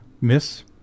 miss